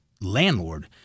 landlord